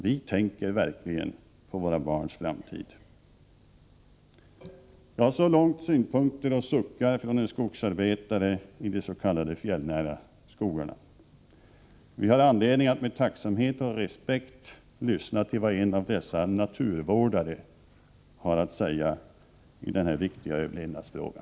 Vi tänker verkligen på våra barns framtid.” Så långt synpunkter och suckar från en skogsarbetare i de s.k. fjällnära skogarna. Vi har anledning att med tacksamhet och respekt lyssna till vad en av dessa naturvårdare har att säga i denna viktiga överlevnadsfråga.